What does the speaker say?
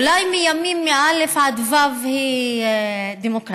אולי בימים א' עד ו' היא דמוקרטית